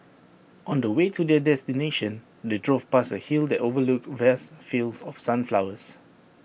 on the way to their destination they drove past A hill that overlooked vast fields of sunflowers